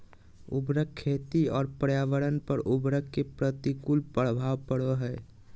उर्वरक खेती और पर्यावरण पर उर्वरक के प्रतिकूल प्रभाव पड़ो हइ